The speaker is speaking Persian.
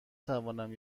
توانم